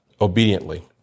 obediently